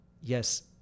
yes